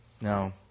No